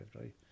right